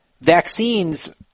vaccines